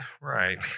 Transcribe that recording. Right